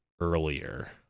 earlier